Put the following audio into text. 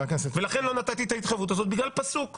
ולכן לא נתתי את ההתחייבות הזאת, בגלל פסוק שאומר: